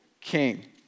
king